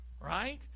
right